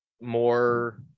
More